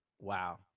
wow